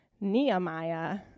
Nehemiah